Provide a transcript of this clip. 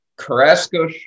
Carrasco